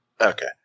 Okay